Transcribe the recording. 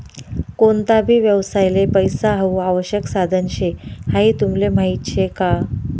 कोणता भी व्यवसायले पैसा हाऊ आवश्यक साधन शे हाई तुमले माहीत शे का?